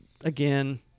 again